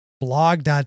blog